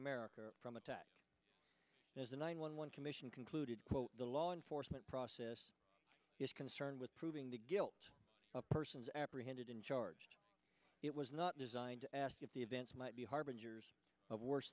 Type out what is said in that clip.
america from attack as the nine one one commission concluded quote the law enforcement process is concerned with proving the guilt of persons apprehended and charged it was not designed to ask if the events might be harbinger of worse